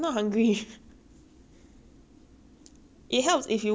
it helps if you wake up at twelve so you can minus one meal